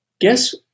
guess